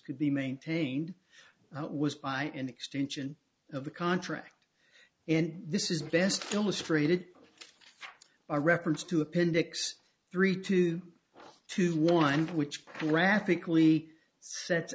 could be maintained was by an extension of the contract and this is best illustrated by reference to appendix three two two one which